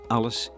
Alles